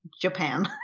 Japan